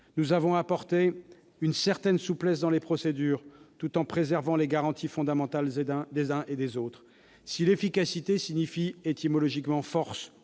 Nous avons apporté une certaine souplesse dans les procédures, tout en préservant les garanties fondamentales des uns et des autres. Si l'efficacité signifie étymologiquement « force